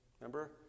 remember